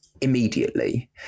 immediately